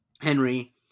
Henry